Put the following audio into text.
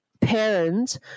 parents